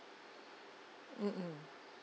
mm mm